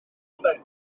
bethau